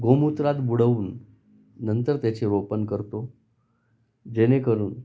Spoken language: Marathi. गोमूत्रात बुडवून नंतर त्याचे रोपण करतो जेणेकरून